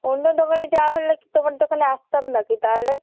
অন্য দোকানে যাওয়ার হলে কি তোমার দোকানে আসতাম নাকি তাহলে